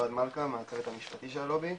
אוהד מלכה מהצוות המשפטי של הלובי.